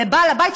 של בעל-הבית,